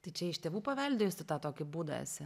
tai čia iš tėvų paveldėjus tu tą tokį būdą esi